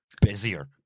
busier